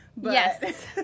Yes